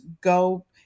go